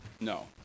no